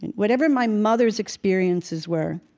whatever my mother's experiences were,